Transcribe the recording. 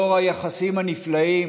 לאור היחסים הנפלאים